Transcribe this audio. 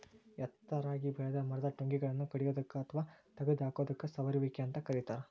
ಎತ್ತರಾಗಿ ಬೆಳೆದ ಮರದ ಟೊಂಗಿಗಳನ್ನ ಕಡಿಯೋದಕ್ಕ ಅತ್ವಾ ತಗದ ಹಾಕೋದಕ್ಕ ಸಮರುವಿಕೆ ಅಂತ ಕರೇತಾರ